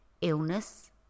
illness